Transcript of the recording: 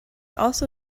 also